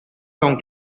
con